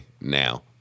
now